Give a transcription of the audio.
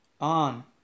on